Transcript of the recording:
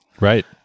Right